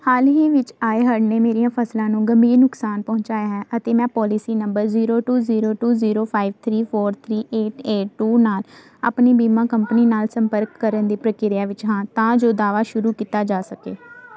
ਹਾਲ ਹੀ ਵਿੱਚ ਆਏ ਹੜ੍ਹ ਨੇ ਮੇਰੀਆਂ ਫਸਲਾਂ ਨੂੰ ਗੰਭੀਰ ਨੁਕਸਾਨ ਪਹੁੰਚਾਇਆ ਹੈ ਅਤੇ ਮੈਂ policy number zero two zero two zero five three four three eight eight two ਨਾਲ ਆਪਣੀ ਬੀਮਾ ਕੰਪਨੀ ਨਾਲ ਸੰਪਰਕ ਕਰਨ ਦੀ ਪ੍ਰਕਿਰਿਆ ਵਿੱਚ ਹਾਂ ਤਾਂ ਜੋ ਦਾਅਵਾ ਸ਼ੁਰੂ ਕੀਤਾ ਜਾ ਸਕੇ